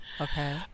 Okay